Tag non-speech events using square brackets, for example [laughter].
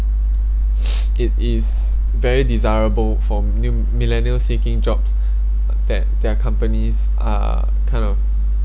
[breath] it is very desirable for new millennials seeking jobs that their companies are kind of